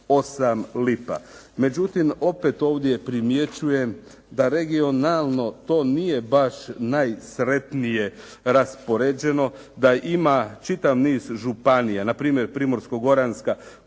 Međutim, opet ovdje primjećujem da regionalno to nije baš najsretnije raspoređeno, da ima čitav niz županija, na primjer Primorsko-goranska